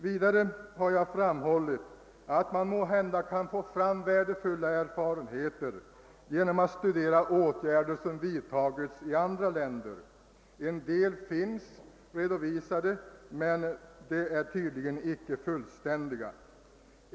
Vidare har jag framhållit att man måhända kan få värdefulla erfarenheter genom att studera åtgärder som vidtagits i andra länder. En del sådana finns redovisade, men de är tydligen icke fullständiga.